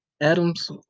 Adams